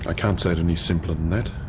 i can't say it any simpler than that.